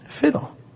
fiddle